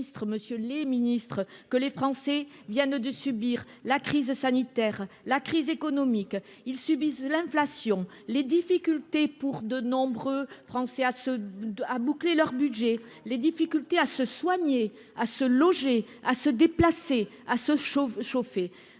que les Français viennent de subir la crise sanitaire, la crise économique ils subissent l'inflation les difficultés pour de nombreux français à se à boucler leur budget les difficultés à se soigner à se loger à se déplacer à Sochaux chauffer.